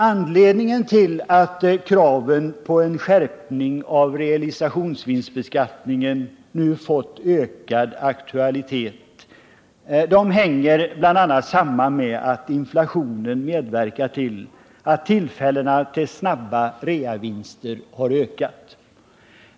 Anledningen till att kraven på en skärpning av realisationsvinstbeskattningen nu fått ökad aktualitet hänger bl.a. samman med att inflationen medverkar till att möjligheterna till snabba reavinster har ökat.